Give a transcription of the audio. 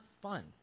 fun